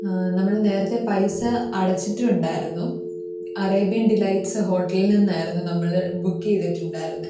നമ്മൾ നേരത്തെ പൈസ അടച്ചിട്ടും ഉണ്ടായിരുന്നു അറേബ്യൻ ഡിലൈറ്റ്സ് ഹോട്ടലിൽ നിന്നായിരുന്നു നമ്മൾ ബുക്ക് ചെയ്തിട്ടുണ്ടായിരുന്നത്